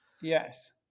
Yes